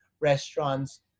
restaurants